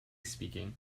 speaking